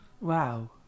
Wow